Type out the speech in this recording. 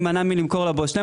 להימנע מלמכור לבוס שלהם,